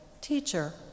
Teacher